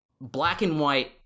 black-and-white